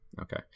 okay